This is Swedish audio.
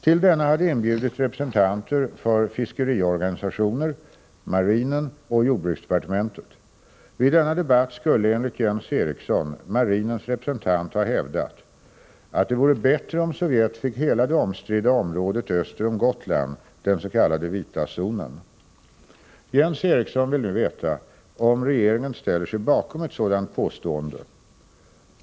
Till denna hade inbjudits representanter för fiskeriorganisationer, marinen och jordbruksdepartementet. Vid denna debatt skulle enligt Jens Eriksson marinens representant ha hävdat ”att det vore bättre om Sovjet fick hela det omstridda området öster om Gotland, den s.k. vita zonen”. Jens Eriksson vill nu veta om regeringen ställer sig bakom ett sådant påstående.